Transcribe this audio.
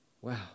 Wow